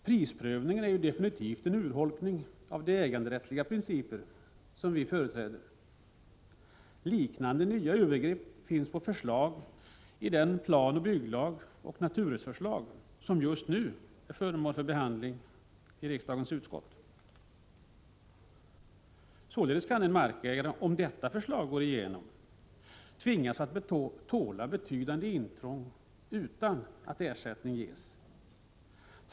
Prisprövningen innebär absolut en urholkning av de äganderättsliga principer som vi företräder. Liknande nya övergrepp finns på förslag i den planoch bygglag och naturresurslag som just nu är föremål för behandling i riksdagens utskott. Således kan en markägare, om detta lagförslag går igenom, tvingas tåla betydande intrång utan att ersättning ges.